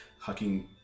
hacking